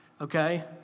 okay